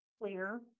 Clear